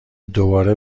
دوباره